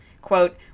Quote